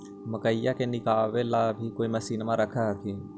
मकईया के निकलबे ला भी तो मसिनबे रख हखिन?